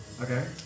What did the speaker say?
Okay